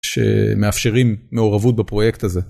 שמאפשרים מעורבות בפרויקט הזה.